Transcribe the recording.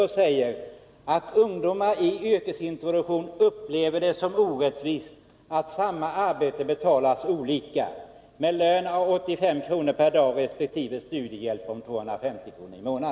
Det sägs att ungdomar i yrkesintroduktion upplever det som orättvist att samma arbete betalas olika: med lön om 85 kr. månad.